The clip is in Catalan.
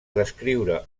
descriure